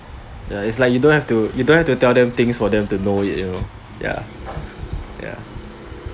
ya is like you don't have to you don't have to tell them things for them to know it you know ya ya